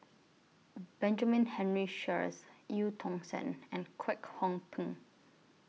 Benjamin Henry Sheares EU Tong Sen and Kwek Hong Png